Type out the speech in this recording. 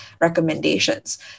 recommendations